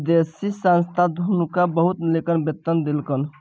विदेशी संस्था हुनका बहुत नीक वेतन देलकैन